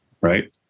right